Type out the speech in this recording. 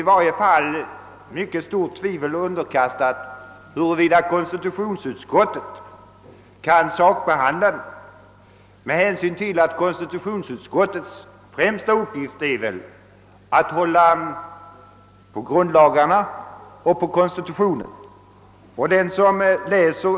I varje fall råder mycket starka tvivel om huruvida konstitutionsutskottet kan sakbehandla motionerna med hänsyn till att konstitutionsutskottets främsta uppgift är att hålla på grundlagarna och konstitutionen.